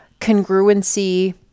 congruency